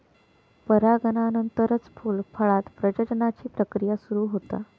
परागनानंतरच फूल, फळांत प्रजननाची प्रक्रिया सुरू होता